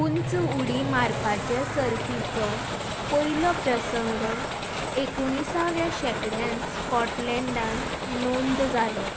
उंच उडी मारपाचे सर्तीचो पयलो प्रसंग एकुणिसाव्या शेंकड्यांत स्कॉटलेंडांत नोंद जालो